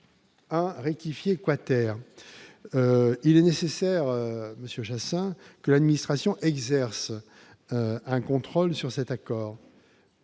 a rectifié quater il est nécessaire Monsieur Chassaing, que l'administration exerce un contrôle sur cet accord,